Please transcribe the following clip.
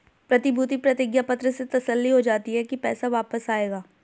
प्रतिभूति प्रतिज्ञा पत्र से तसल्ली हो जाती है की पैसा वापस आएगा